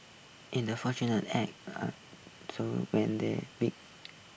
in the fortunate ants when they dig